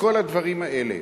וכל הדברים האלה.